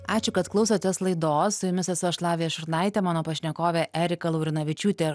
ačiū kad klausotės laidos su jumis esu aš lavija šurnaitė mano pašnekovė erika laurinavičiūtė